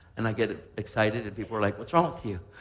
and i'll get excited and people are like what's wrong with you?